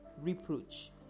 reproach